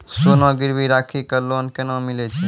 सोना गिरवी राखी कऽ लोन केना मिलै छै?